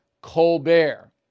Colbert